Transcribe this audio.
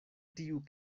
tiu